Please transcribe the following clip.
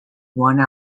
one